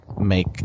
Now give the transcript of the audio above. make